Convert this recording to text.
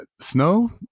snow